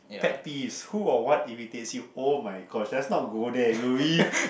pet peeves who or what irritates you oh-my-gosh let's not go there will we